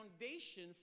foundation